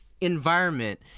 environment